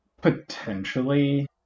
Potentially